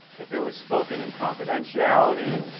if it was spoken in confidentiality,